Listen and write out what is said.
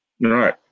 Right